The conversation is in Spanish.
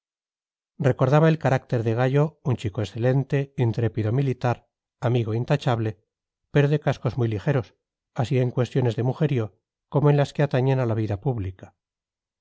recordaba el carácter de gallo un chico excelente intrépido militar amigo intachable pero de cascos muy ligeros así en cuestiones de mujerío como en las que atañen a la vida pública